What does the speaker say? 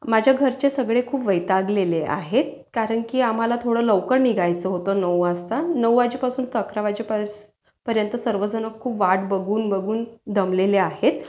माझ्या घरचे सगळे खूप वैतागलेले आहेत कारण की आम्हाला थोडं लवकर निघायचं होतं नऊ वासता नऊ वाजेपासून तर अकरा वाजेपयस पर्यंत सर्वजणं खूप वाट बघून बघून दमलेले आहेत